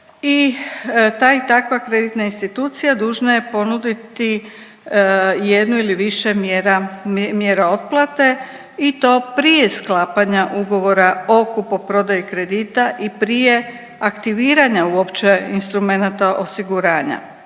i ta i takva kreditna institucija dužna je ponuditi jednu ili više mjera, mjera otplate i to prije sklapanja ugovora o kupoprodaji kredita i prije aktiviranja uopće instrumenata osiguranja,